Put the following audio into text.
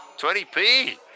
20p